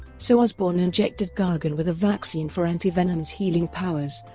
so osborn injected gargan with a vaccine for anti-venom's healing powers,